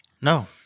no